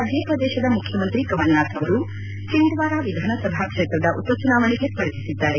ಮಧ್ಯಪ್ರದೇಶದ ಮುಖ್ಯಮಂತ್ರಿ ಕಮಲ್ನಾಥ್ ಅವರು ಚಂಡ್ವಾರ ವಿಧಾನಸಭಾ ಕ್ಷೇತ್ರದ ಉಪ ಚುನಾವಣೆಗೆ ಸ್ಪರ್ಧಿಸಿದ್ದಾರೆ